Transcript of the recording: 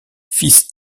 fils